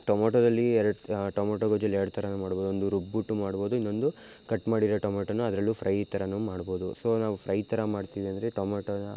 ಟೊಮೊಟೊದಲ್ಲಿ ಎರಡು ಟೊಮೊಟೊ ಗೊಜ್ಜಲ್ಲಿ ಎರಡು ಥರನೂ ಮಾಡ್ಬೋದು ಒಂದು ರುಬ್ಬಿಟ್ಟು ಮಾಡ್ಬೋದು ಇನ್ನೊಂದು ಕಟ್ ಮಾಡಿರೋ ಟೊಮೊಟೋನ ಅದರಲ್ಲೂ ಫ್ರೈ ಥರನೂ ಮಾಡ್ಬೋದು ಸೊ ನಾವು ಫ್ರೈ ಥರ ಮಾಡ್ತೀವಿ ಅಂದರೆ ಟೊಮೊಟೋನ